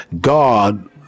God